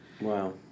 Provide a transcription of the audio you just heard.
Wow